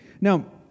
Now